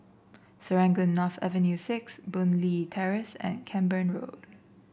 Serangoon North Avenue Six Boon Leat Terrace and Camborne Road